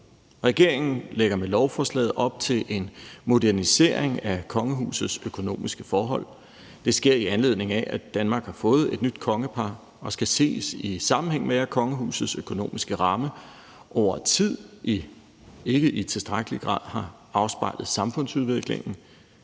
Regeringen lægger med lovforslaget op til en modernisering af kongehusets økonomiske forhold. Det sker, i anledning af at Danmark har fået et nyt kongepar og skal ses, i sammenhæng med at kongehusets økonomiske ramme over tid ikke i tilstrækkelig grad har afspejlet samfundsudviklingen.